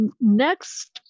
next